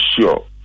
sure